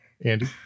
Andy